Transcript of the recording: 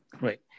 right